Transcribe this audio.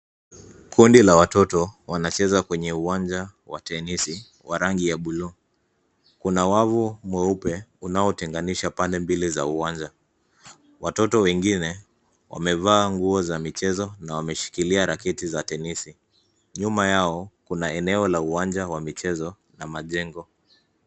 Kundi la watoto wanacheza kwenye uwanja wa tenisi wa rangi ya buluu. Kuna wavu mweupe unaotenganisha pande mbili za uwanja. Watoto wengine wamevaa nguo za michezo na wameshikilia raketi za tenisi. Nyuma yao kuna eneo la uwanja wa michezo na majengo.